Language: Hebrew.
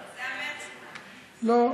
זה היה מרס, לא.